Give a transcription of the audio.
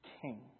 king